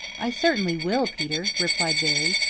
i certainly will, peter, replied veery.